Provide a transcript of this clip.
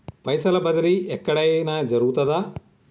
పైసల బదిలీ ఎక్కడయిన జరుగుతదా?